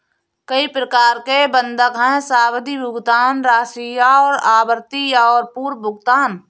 कई प्रकार के बंधक हैं, सावधि, भुगतान राशि और आवृत्ति और पूर्व भुगतान